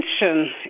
attention